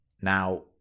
Now